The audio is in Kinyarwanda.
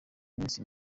iminsi